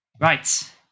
Right